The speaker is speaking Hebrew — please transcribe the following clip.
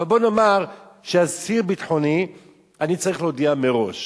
אבל בוא נאמר שאסיר ביטחוני אני צריך להודיע מראש,